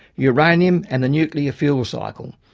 uranium and the nuclear fuel cycle.